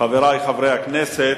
חברי חברי הכנסת,